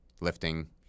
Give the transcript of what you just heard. lifting